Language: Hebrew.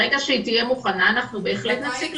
ברגע שהיא תהיה מוכנה, אנחנו בהחלט נציג לכם.